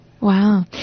Wow